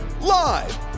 Live